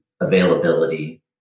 availability